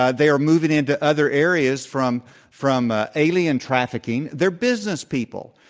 ah they're moving into other areas from from ah alien trafficking, they're business people.